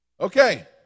Okay